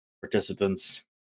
participants